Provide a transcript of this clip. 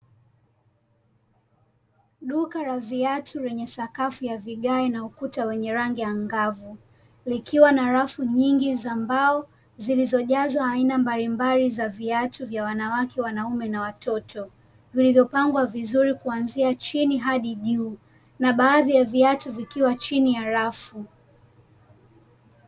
Duka la viatu lenye sakafu ya vigae na ukuta wenye rangi ya ngavu likiwa na rafu nyingi za mbao zilizojazwa aina mbalimbali za viatu vya wanawake, wanaume na watoto vilivyopangwa vizuri kuanzia chini hadi juu na baadhi ya viatu vikiwa chini ya rafu.